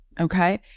okay